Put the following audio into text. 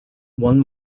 one